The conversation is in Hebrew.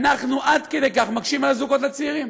אנחנו עד כדי כך מקשים על הזוגות הצעירים?